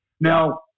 Now